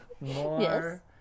more